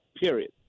period